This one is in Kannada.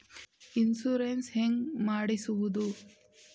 ಇನ್ಶೂರೆನ್ಸ್ ಹೇಗೆ ಮಾಡಿಸುವುದು?